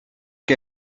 que